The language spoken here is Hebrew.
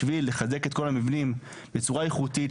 בשביל לחזק את כל המבנים בצורה איכותית,